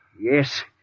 Yes